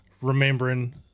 remembering